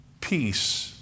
Peace